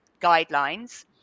guidelines